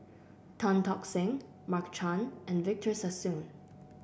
Tan Tock Seng Mark Chan and Victor Sassoon